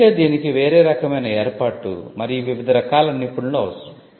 అయితే దీనికి వేరే రకమైన ఏర్పాటు మరియు వివిధ రకాల నిపుణులు అవసరం